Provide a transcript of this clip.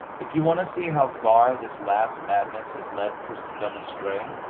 if you want to see how far this last madness has led christendom astray,